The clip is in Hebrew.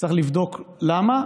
צריך לבדוק למה.